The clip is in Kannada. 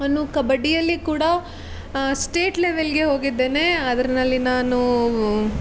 ನಾನು ಕಬಡ್ಡಿಯಲ್ಲಿ ಕೂಡ ಸ್ಟೇಟ್ ಲೆವೆಲ್ಗೆ ಹೋಗಿದ್ದೇನೆ ಅದರಲ್ಲಿ ನಾನು